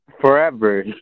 forever